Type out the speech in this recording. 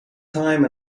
time